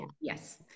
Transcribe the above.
Yes